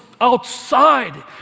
outside